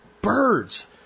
birds